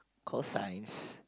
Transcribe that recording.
call Science